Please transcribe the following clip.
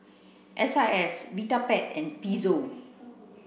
S I S Vitapet and Pezzo